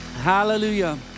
Hallelujah